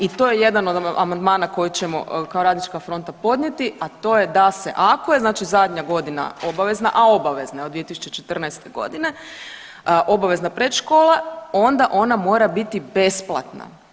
I to je jedan od amandmana koji ćemo kao Radnička fronta podnijeti, a to je da se ako je znači zadnja godina obavezna, a obavezna je od 2014. godine, obavezna predškola onda ona mora biti besplatna.